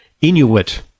Inuit